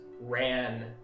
ran